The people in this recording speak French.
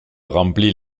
remplit